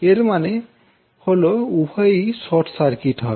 এর মানে হল উভয়ই শর্ট সার্কিট হবে